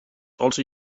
also